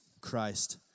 Christ